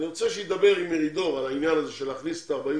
אני רוצה שידבר עם מרידור על העניין הזה של להכניס את ה-43